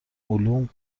علوم